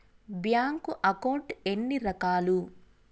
bank account ఎన్ని రకాలు